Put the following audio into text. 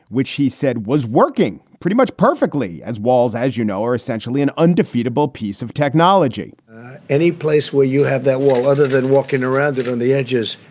which he said was working pretty much perfectly as walls, as you know, are essentially an undefeatable piece of technology any place where you have that wall other than walking around it on the edges,